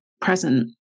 present